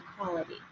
equality